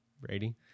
Brady